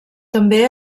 també